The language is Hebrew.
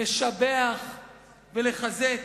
לשבח ולחזק.